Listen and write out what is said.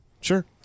Sure